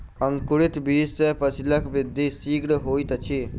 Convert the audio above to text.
अंकुरित बीज सॅ फसीलक वृद्धि शीघ्र होइत अछि